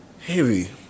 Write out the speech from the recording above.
Heavy